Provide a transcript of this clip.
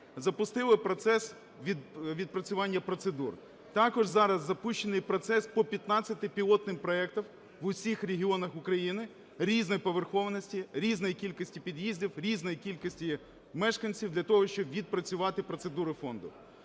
запустили процес відпрацювання процедур. Також зараз запущений процес по п'ятнадцяти пілотним проектам в усіх регіонах України, різної поверховості, різної кількості під'їздів, різної кількості мешканців, для того щоб відпрацювати процедуру Фонду.